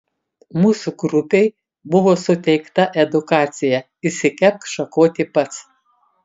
mūsų grupei buvo suteikta edukacija išsikepk šakotį pats